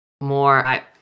more